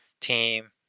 team